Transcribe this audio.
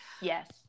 Yes